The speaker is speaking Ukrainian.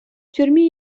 тюрмі